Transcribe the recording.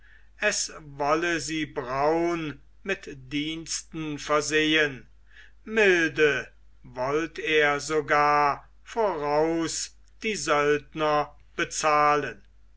es wolle sie braun mit diensten versehen milde woll er sogar voraus die söldner bezahlen